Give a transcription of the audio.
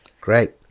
great